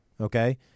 okay